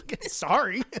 Sorry